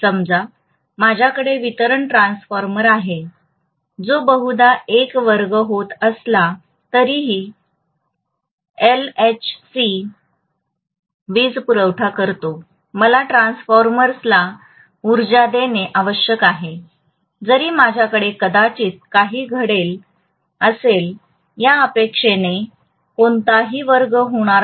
समजा माझ्याकडे वितरण ट्रान्सफॉर्मर आहे जो बहुधा एक वर्ग होत असला तरीही एलएचसीला वीजपुरवठा करतो मला ट्रान्सफॉर्मरला उर्जा देणे आवश्यक आहे जरी माझ्याकडे कदाचित काही घडले असेल या अपेक्षेने कोणताही वर्ग होणार नाही